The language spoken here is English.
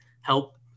help